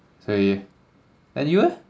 so you then you eh